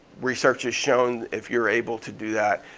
research has shown if you're able to do that